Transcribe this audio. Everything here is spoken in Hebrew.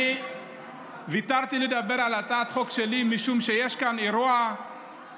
אני ויתרתי על דיבור על הצעת החוק שלי משום שיש כאן אירוע חשוב,